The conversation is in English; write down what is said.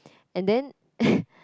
and then